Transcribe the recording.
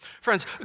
Friends